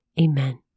Amen